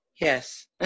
Yes